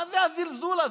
מה זה הזלזול הזה?